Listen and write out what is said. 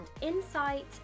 insight